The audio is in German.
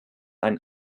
ein